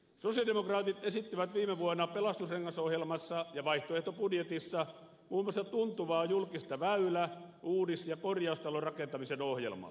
sosialidemokraatit esittivät viime vuonna pelastusrengasohjelmassa ja vaihtoehtobudjetissa muun muassa tuntuvaa julkista väylä uudis ja korjaustalonrakentamisen ohjelmaa